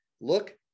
look